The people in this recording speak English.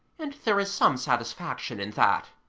and there is some satisfaction in that.